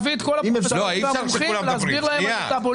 להביא את כל המומחים ולהסביר להם על מטבוליזם.